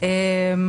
להגנת הסביבה.